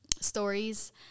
stories